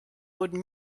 wurden